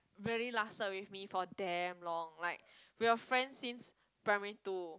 really lasted with me for damn long like we were friends since primary two